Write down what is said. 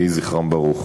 יהי זכרם ברוך.